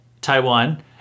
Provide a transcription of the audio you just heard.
Taiwan